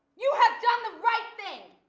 you have done the right thing.